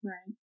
Right